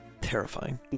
Terrifying